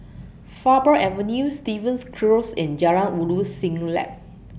Faber Avenue Stevens Close and Jalan Ulu Siglap